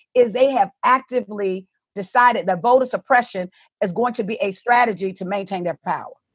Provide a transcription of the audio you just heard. is they have actively decided that voter suppression is going to be a strategy to maintain their power.